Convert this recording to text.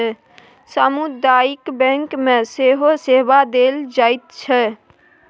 सामुदायिक बैंक मे सेहो सेवा देल जाइत छै